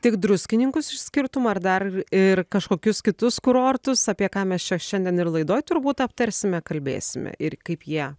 tik druskininkus išskirtum ar dar ir kažkokius kitus kurortus apie ką mes čia šiandien ir laidoj turbūt aptarsime kalbėsime ir kaip jie